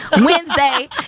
Wednesday